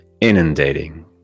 inundating